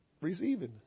receiving